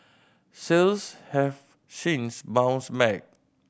sales have since bounced back